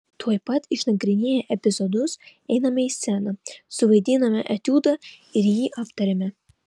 tuoj pat išnagrinėję epizodus einame į sceną suvaidiname etiudą ir jį aptariame